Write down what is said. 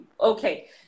Okay